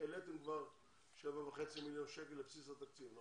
העליתם כבר 7.5 מיליון שקל לבסיס התקציב ב-2020,